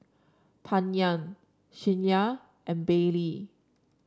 Tanya Shyla and Baylee